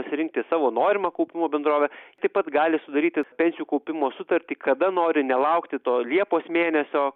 pasirinkti savo norimą kaupimo bendrovę taip pat gali sudaryti pensijų kaupimo sutartį kada nori nelaukti to liepos mėnesio